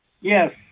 Yes